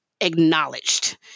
acknowledged